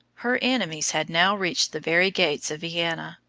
her enemies had now reached the very gates of vienna,